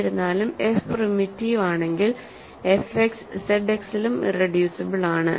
എന്നിരുന്നാലും F primitive ആണെങ്കിൽ F X Z എക്സിലും ഇറെഡ്യൂസിബിൾ ആണ്